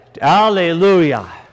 Hallelujah